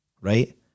Right